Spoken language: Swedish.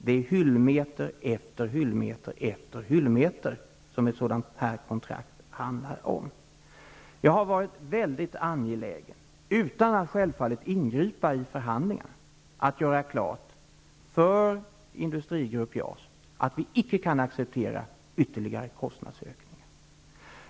Det är hyllmeter efter hyllmeter efter hyllmeter med handlingar som ett sådant här kontrakt handlar om. Jag har varit väldigt angelägen, självfallet utan att ingripa i förhandlingarna, om att göra klart för Industrigruppen JAS att vi icke kan acceptera ytterligare kostnadsökningar.